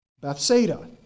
Bethsaida